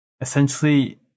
essentially